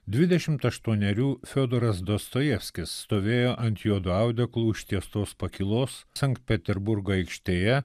dvidešimt aštuonerių fiodoras dostojevskis stovėjo ant juodu audeklu užtiestos pakylos sankt peterburgo aikštėje